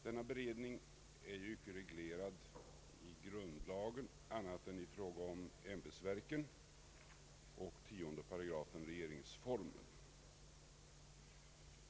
Denna beredning är icke reglerad i grundlagen annat än beträffande ämbetsverken i 10 8 regeringsformen.